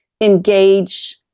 engage